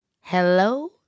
hello